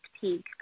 peak